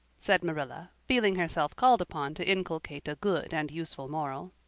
said marilla, feeling herself called upon to inculcate a good and useful moral.